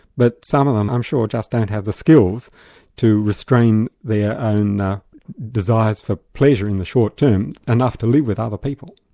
but some of them i'm sure, just don't have the skills to restrain their own desires for pleasure in the short term, enough to live with other people.